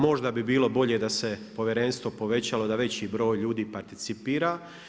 Možda bi bilo bolje da se Povjerenstvo povećalo, da veći broj ljudi participira.